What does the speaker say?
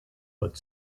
but